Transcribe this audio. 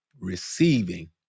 receiving